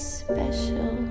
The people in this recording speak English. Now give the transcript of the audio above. special